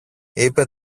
είπε